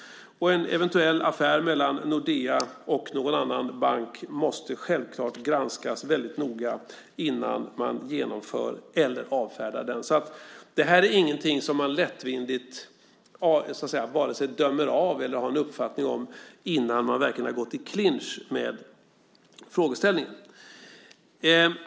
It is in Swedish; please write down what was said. En eventuell affär mellan Nordea och någon annan bank måste givetvis granskas mycket noga innan den genomförs eller avfärdas. Det är alltså ingenting som man lättvindigt vare sig dömer ut eller har en uppfattning om innan man verkligen gått i clinch med frågeställningen.